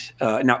now